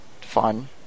fun